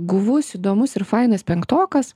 guvus įdomus ir fainas penktokas